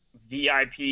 VIP